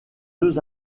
deux